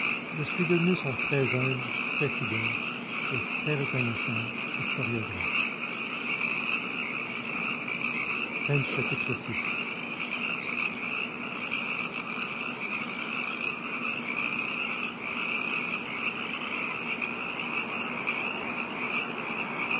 je suis devenu son très humble très fidèle et très reconnaissant historiographe